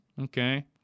Okay